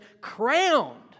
crowned